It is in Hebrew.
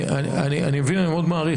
אני מבין ואני מאוד מעריך,